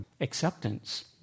acceptance